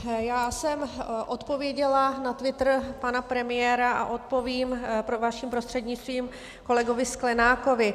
Já jsem odpověděla na twitter pana premiéra a odpovím vaším prostřednictvím kolegovi Sklenákovi.